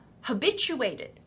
habituated